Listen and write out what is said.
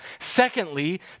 Secondly